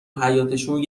حیاطشون